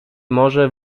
morze